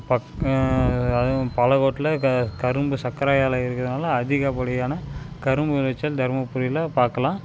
அதுவும் பாலக்கோட்டில் கரும்பு சக்கரை ஆலை இருக்கிறதுனால அதிகப்படியான கரும்பு விளைச்சல் தருமபுரியில் பார்க்கலாம்